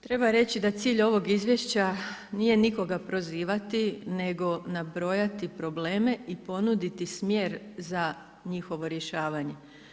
Treba reći da cilj ovog izvješća nije nikoga prozivati nego nabrojati probleme i ponuditi smjer za njihovo rješavanje.